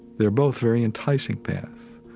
they're both very enticing paths.